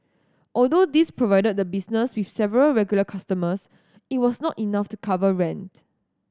although these provided the business with several regular customers it was not enough to cover rent